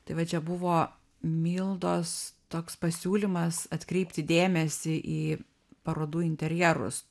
tai va čia buvo mildos toks pasiūlymas atkreipti dėmesį į parodų interjerus